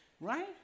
right